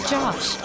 Josh